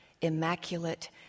immaculate